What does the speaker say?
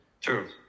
true